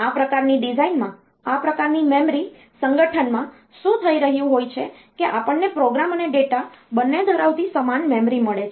આ પ્રકારની ડિઝાઈનમાં આ પ્રકારની મેમરી સંગઠનમાં શું થઈ રહ્યું હોય છે કે આપણને પ્રોગ્રામ અને ડેટા બંને ધરાવતી સમાન મેમરી મળી છે